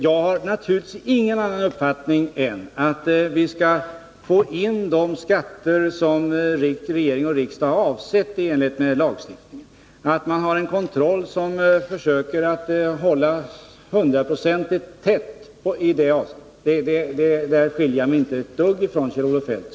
Jag har naturligtvis ingen annan uppfattning än att vi skall få in de skatter som regering och riksdag i enlighet med lagstiftningen avser att ta ut och att man i det avseendet skall försöka utöva en kontroll som håller till 100 90. I det avseendet skiljer sig min uppfattning alltså inte ett dyft från Kjell-Olof Feldts.